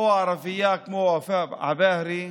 או ערבייה כמו ופאא עבאהרה,